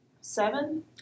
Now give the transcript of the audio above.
Seven